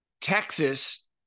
Texas